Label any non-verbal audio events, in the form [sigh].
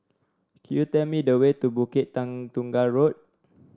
could you tell me the way to Bukit [unintelligible] Tunggal Road